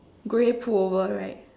grey pullover right